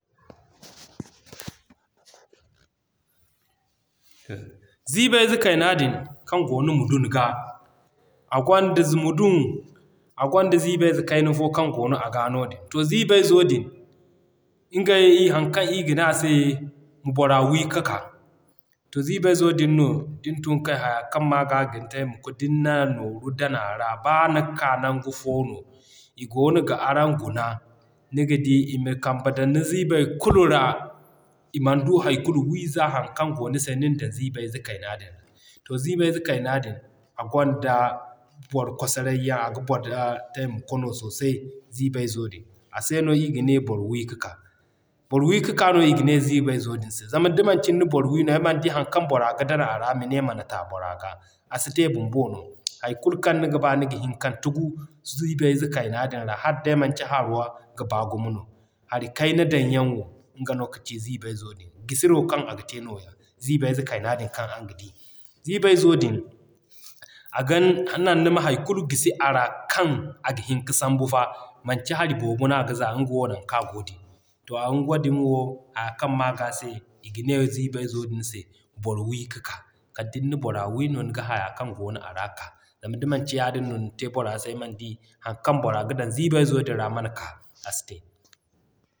Ziibay ze kayna din kaŋ goo ni mudun ga a gonda mudun a gonda ziibay ze kayna fo kaŋ goono aga noodin. To ziibay zo din ngey haŋ kaŋ ii ga ne ase, ma bora wi ka k'a. To ziibay zo din no din tun kay haya kaŋ m'a g'a a gin taimako din na nooru dan a ra. B'a ni ka nangu fo no i goono ga araŋ guna niga di ima kamba dan ni ziibay kulu ra i man du hay kulu wiiza haŋ kaŋ goo ni se nina dan ziibay ze kayna din ra. To ziibay ze kayna din a gonda boro kwasarey yaŋ, aga boro taimako sosai ziibay zo din. A se no ii gane: Boro wi ka k'a. Boro wi ka k'a no i ga ne ziibay zo din se. Zama da manci nina boro wi no, ay mana di haŋ kaŋ bora ga dan a ra mane man ta bora ga, a si te bumbo no. Hay kulu kaŋ niga b'a, niga hin kan tugu ziibay ze kayna din ra hala day manci haawo ga baa gumo no. Hari kayna dan yaŋ wo nga no kaci ziibay zo din. Gisiro kaŋ a ga te nooya ziibay ze kayna din kaŋ araŋ ga di. Ziibay zo din aga nan ma hay kulu gisi a ra kaŋ aga hin ka sambu fa, manci hari boobo no aga za nga wo naŋ kaŋ a goo din. To wadin wo haya kaŋ m'a g'a se i ga ne ziibay zo din se boro wi ka k'a. Kal din na bora wi no niga haya kaŋ goono a ra ka. Zama da manci yaadin no ni te bora se, ay mana di haŋ kaŋ bora ga dan ziibay zo din ra man k'a. A si te.